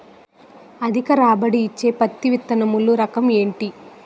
అధిక రాబడి ఇచ్చే పత్తి విత్తనములు రకం ఏంటి?